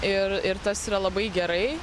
ir ir tas yra labai gerai